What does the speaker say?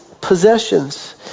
possessions